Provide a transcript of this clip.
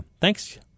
Thanks